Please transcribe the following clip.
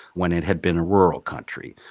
when it had been a rural country.